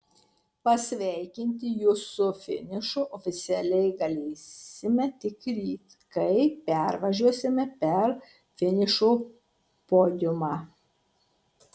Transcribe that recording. pasveikinti jus su finišu oficialiai galėsime tik ryt kai pervažiuosime per finišo podiumą